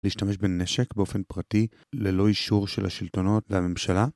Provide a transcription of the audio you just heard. ‫להשתמש בנשק באופן פרטי ‫ללא אישור של השלטונות והממשלה.